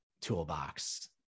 toolbox